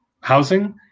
housing